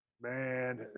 Man